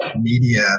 media